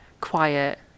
quiet